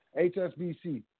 HSBC